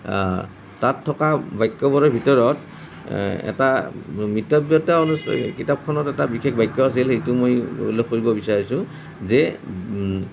তাত থকা বাক্যবোৰৰ ভিতৰত এটা মিতব্যয়িতা কিতাপখনত এটা বিশেষ বাক্য আছিল সেইটো মই উল্লেখ কৰিব বিচাৰিছোঁ যে